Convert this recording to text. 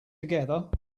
together